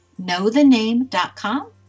knowthename.com